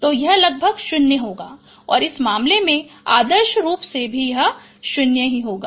तो यह लगभग 0 होगा और इस मामले में आदर्श रूप से भी यह 0 ही होगा